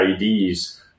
IDs